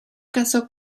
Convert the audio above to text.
casó